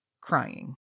crying